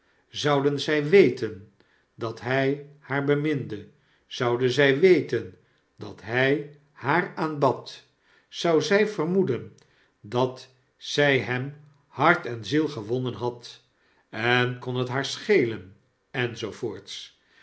t e n dat hij haar beminde zou zy w e t e n dat hy haar aanbad zou zij vermoeden dat zy hem hart en ziel gewonnen had en kon het haar schelen